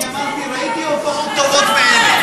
אני אמרתי שראיתי הופעות טובות מאלה.